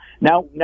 now